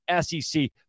SEC